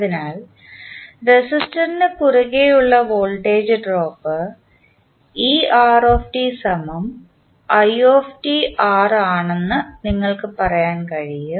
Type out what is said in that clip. അതിനാൽ റെസിസ്റ്റർനു കുറുകെ ഉള്ള വോൾട്ടേജ് ഡ്രോപ്പ് ആണെന്ന് നിങ്ങൾക്ക് പറയാൻ കഴിയും